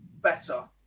better